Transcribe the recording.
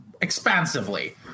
expansively